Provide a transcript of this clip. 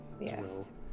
Yes